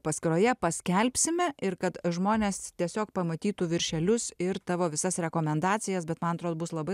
paskyroje paskelbsime ir kad žmonės tiesiog pamatytų viršelius ir tavo visas rekomendacijas bet man atrodo bus labai